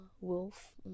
wolf